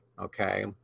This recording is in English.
okay